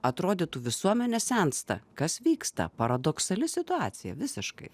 atrodytų visuomenė sensta kas vyksta paradoksali situacija visiškai